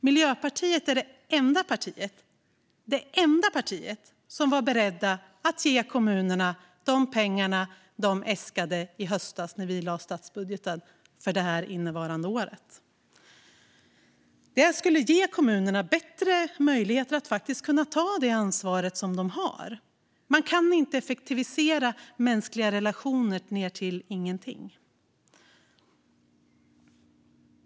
Miljöpartiet är det enda parti som var berett att ge kommunerna de pengar som de äskade i höstas när det gällde statsbudgeten för innevarande år. Det skulle ge kommunerna bättre möjligheter att faktiskt ta det ansvar som de har. Man kan inte effektivisera mänskliga relationer ned till ingenting.